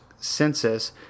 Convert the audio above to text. census